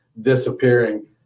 disappearing